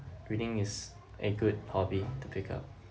reading is a good hobby to pick up